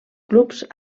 clubs